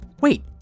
wait